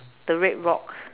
the red rock